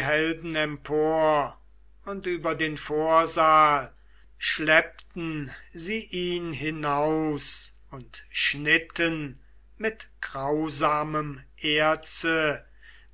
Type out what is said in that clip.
empor und über den vorsaal schleppten sie ihn hinaus und schnitten mit grausamem erze